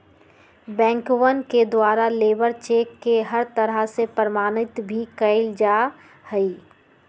बैंकवन के द्वारा लेबर चेक के हर तरह से प्रमाणित भी कइल जा हई